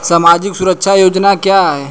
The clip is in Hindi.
सामाजिक सुरक्षा योजना क्या है?